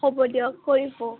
হ'ব দিয়ক কৰি